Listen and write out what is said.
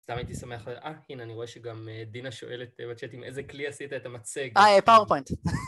תמיד תשמח. אה, הנה, אני רואה שגם דינה שואלת בצ'אט עם איזה כלי עשית את המצג. אה, פאורפוינט.